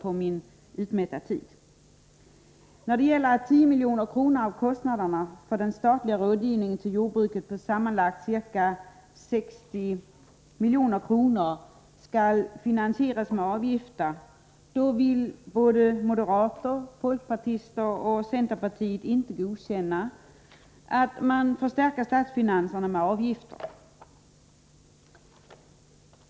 När det gäller förslaget att 10 milj.kr. av kostnaderna för den statliga rådgivningen till jordbruket på sammanlagt ca 60 milj.kr. skall finansieras med avgifter, vill moderater, folkpartister och centerpartister inte godkänna att man förstärker statsfinanserna med avgifter.